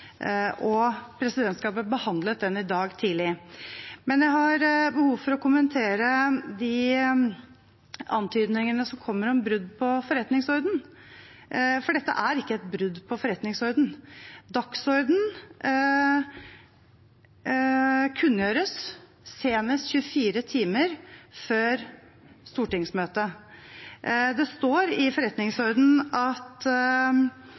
fremsatt. Presidentskapet behandlet den i dag tidlig. Jeg har behov for å kommentere de antydningene som kommer om brudd på forretningsordenen, for dette er ikke et brudd på forretningsordenen. Dagsordenen kunngjøres senest 24 timer før stortingsmøtet. Det står i